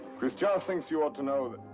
christian thinks you ought to know